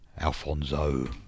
Alfonso